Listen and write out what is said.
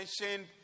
mentioned